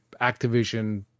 Activision